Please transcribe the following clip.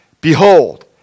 Behold